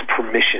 permission